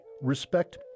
respect